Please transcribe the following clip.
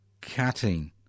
cutting